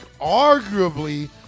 arguably